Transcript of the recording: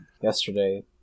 yesterday